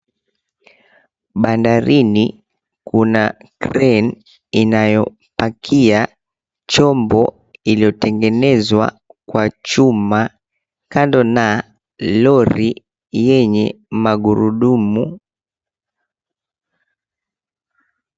Bandarini kuna crane inayopakia chombo iliotengenezwa kwa chuma kando na lori yenye magurudumu.